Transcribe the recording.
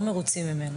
לא מרוצים ממנו,